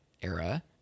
era